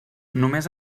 només